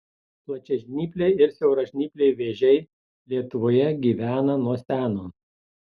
plačiažnypliai ir siauražnypliai vėžiai lietuvoje gyvena nuo seno